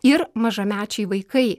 ir mažamečiai vaikai